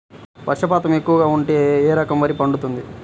వర్షపాతం ఎక్కువగా ఉంటే ఏ రకం వరి పండుతుంది?